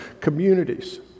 communities